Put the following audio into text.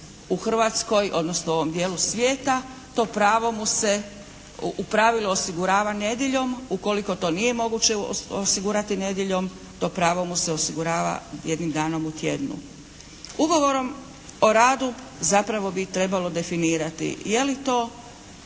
u Hrvatskoj odnosno ovom dijelu svijeta to pravo mu se u pravilu osigurava nedjeljom, ukoliko to nije moguće osigurati nedjeljom to pravo mu se osigurava jednim danom u tjednu. Ugovorom o radu zapravo bi trebalo definirati je li to